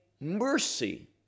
mercy